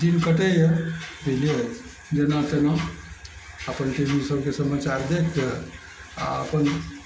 दिन कटइय बुझलियै जेना तेना अपन टी वी सबके समाचार देख कऽ आओर अपन